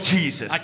Jesus